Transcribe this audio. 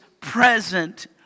present